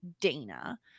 dana